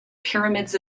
pyramids